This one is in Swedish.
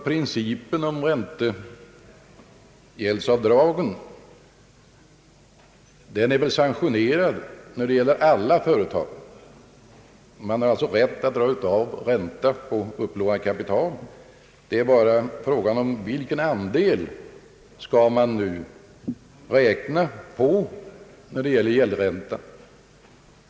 Principen om räntegäldsavdragen är väl sanktionerad i fråga om alla företag. Man har alltså rätt att dra av ränta på upplånat kapital. Det är bara fråga om vilken andel man skall räkna på när det gäller gäldräntan.